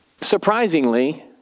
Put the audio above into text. Surprisingly